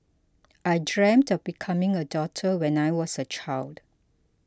I dreamt of becoming a doctor when I was a child